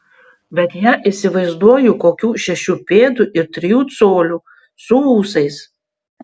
bet ją įsivaizduoju kokių šešių pėdų ir trijų colių su ūsais